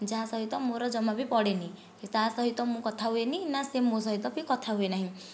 ଯାହା ସହିତ ମୋର ଜମା ବି ପଡ଼େନି ତା ସହିତ ମୁଁ କଥା ହୁଏନି ନା ସେ ମୋ ସହିତ ବି କଥା ହୁଏ ନାହିଁ